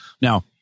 Now